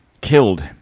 killed